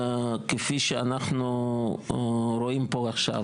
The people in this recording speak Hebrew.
כפי שאנחנו רואים פה עכשיו,